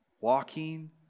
walking